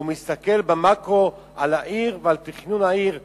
הוא מסתכל במקרו על העיר ועל תכנון העיר בגדול,